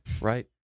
right